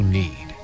need